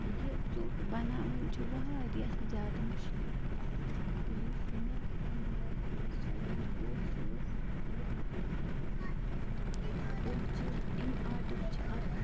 یہِ ژوٚٹ بَناوٕنۍ چھِ واریاہ زیادٕ مُشکِل تہٕ یُس مےٚ پنٛنہِ لایفہِ منٛز چٮ۪لینٛج اوس سُہ ٲس یِہوٚے ژوٚٹ بَناوٕنۍ یِم چیٖز اَمۍ آٹیُک چھُ اَکھ